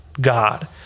God